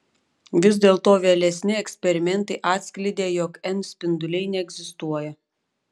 vis dėlto vėlesni eksperimentai atskleidė jog n spinduliai neegzistuoja